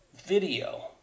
video